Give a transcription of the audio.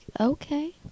okay